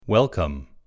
Welcome